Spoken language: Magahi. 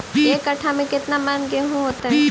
एक कट्ठा में केतना मन गेहूं होतै?